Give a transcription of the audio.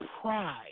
pride